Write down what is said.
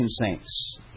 saints